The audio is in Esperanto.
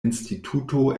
instituto